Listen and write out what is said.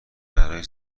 برای